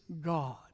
God